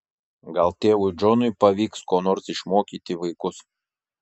gal tėvui džonui pavyks ko nors išmokyti vaikus